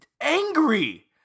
Angry